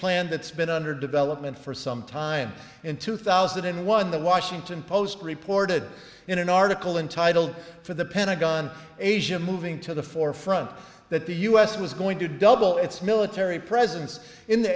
plan that's been under development for some time in two thousand and one the washington post reported in an article entitled for the pentagon asia moving to the forefront that the us was going to double its military presence in the